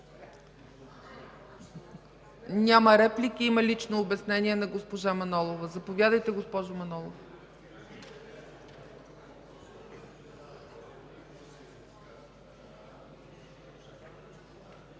Няма реплики. Има лично обяснение на госпожа Манолова. Заповядайте, госпожо Манолова.